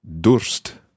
Durst